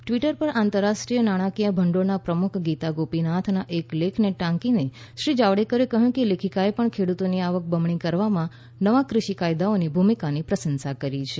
Twitter પર આંતરરાષ્ટ્રીય નાણાંકીય ભંડોળના પ્રમુખ ગીતા ગોપીનાથના એક લેખને ટાંકીને શ્રી જાવડેકરે કહ્યું કે લેખિકાએ પણ ખેડૂતોની આવક બમણી કરવામાં નવા કૃષિ કાયદાઓની ભૂમિકાની પ્રશંસા કરી છે